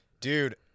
Dude